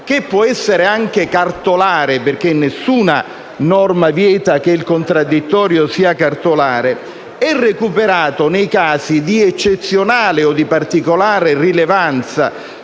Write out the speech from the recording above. che può essere anche cartolare perché nessuna norma vieta che il contraddittorio sia tale, è recuperata nei casi di eccezionale o di particolare rilevanza